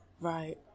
Right